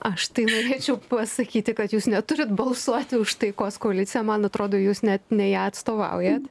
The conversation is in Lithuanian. aš tai norėčiau pasakyti kad jūs neturite balsuoti už taikos koaliciją man atrodo jūs net ne ją atstovaujat